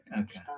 okay